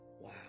Wow